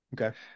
Okay